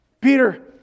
Peter